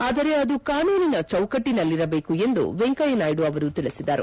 ಆದರೆ ಅದು ಕಾನೂನಿನ ಚೌಕಟ್ಟನಲ್ಲಿರಬೇಕು ಎಂದು ವೆಂಕಯ್ಯನಾಯ್ಡು ಅವರು ತಿಳಿಸಿದರು